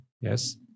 yes